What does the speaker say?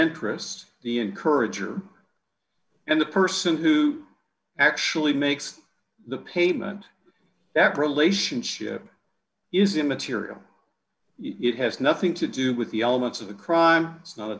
interest the encourager and the person who actually makes the payment that relationship is immaterial it has nothing to do with the elements of the crime it's not a